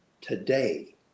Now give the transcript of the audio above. today